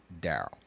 Daryl